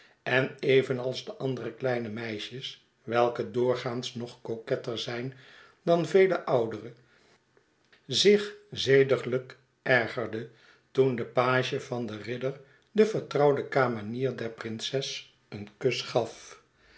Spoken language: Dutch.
en even als de andere kieine meisjes welke doorgaans nog coquetter zijn dan vele oudere zich z'ediglijk ergerde toen de page van den ridder de vertrouwde kamenier der prinses een kus gaf